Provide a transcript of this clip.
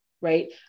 right